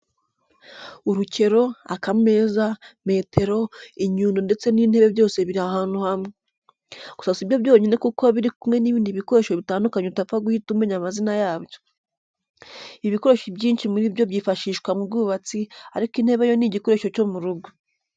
Urukero, akameza, metero, inyundo ndetse n'intebe byose biri ahantu hamwe. Gusa si byo byonyine kuko biri kumwe n'ibindi bikoresho bitandukanye utapfa guhita umenya amazina yabyo. Ibi bikoresho ibyinshi muri byo byifashishwa mu bwubutsi ariko intebe yo ni n'igikoresho cyo mu rugo.